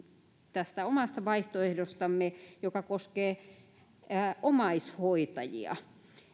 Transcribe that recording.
tästä omasta vaihtoehdostamme yhden tärkeän yksityiskohdan joka koskee omaishoitajia